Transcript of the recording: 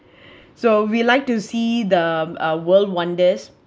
so we like to see the um world wonders